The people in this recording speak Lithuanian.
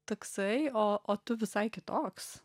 toksai o tu visai kitoks